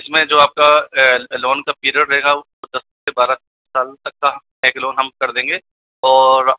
इसमें जो आपका लोन का पीरियड र हेगा वो दस से बारह साल तक का क्या है कि लोन हम कर देंगे और